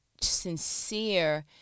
sincere